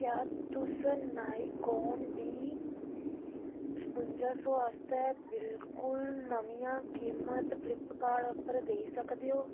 क्या तुस नाईकोन डी शपुजां सौ आस्तै बिलकुल नमियां कीमत फ्लिपकॉर्ट उप्पर देई सकदे ओ